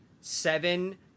Seven